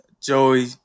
Joey